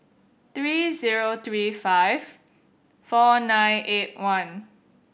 three zero three five four nine eight one